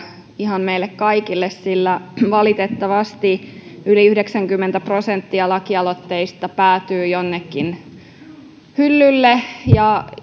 ihan meille kaikille sillä valitettavasti yli yhdeksänkymmentä prosenttia lakialoitteista päätyy jonnekin hyllylle ja